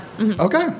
Okay